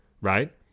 right